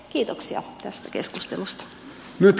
kiitoksia tästä keskustelusta